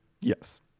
Yes